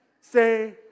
Say